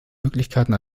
möglichkeiten